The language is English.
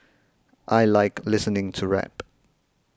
I like listening to rap